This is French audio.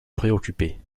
préoccuper